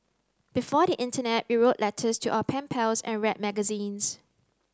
before the internet we wrote letters to our pen pals and read magazines